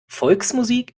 volksmusik